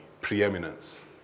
preeminence